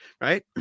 right